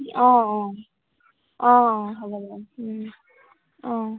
অঁ অঁ অঁ হ'ব বাৰু অঁ